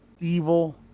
evil